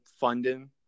funding